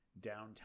downtown